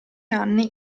anni